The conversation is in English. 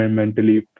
mentally